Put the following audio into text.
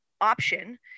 option